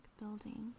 building